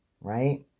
right